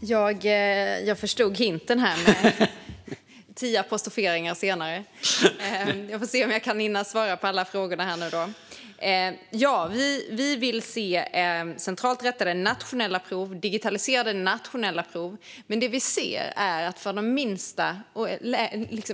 Herr talman! Jag förstod hinten tio apostroferingar senare. Jag får se om jag hinner svara på alla frågorna. Vi vill se centralt rättade och digitaliserade nationella prov, men när det gäller